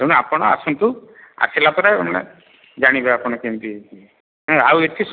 ତେଣୁ ଆପଣ ଆସନ୍ତୁ ଆସିଲା ପରେ ଜାଣିବେ ଆପଣ କେମିତି ଆଉ ଏଠି